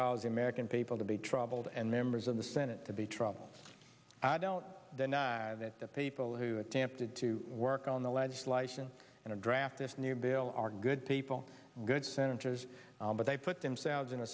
the american people to be troubled and members of the senate to be trouble i don't deny that the people who attempted to work on the legislation and a draft this new bill are good people good senators but they put themselves in a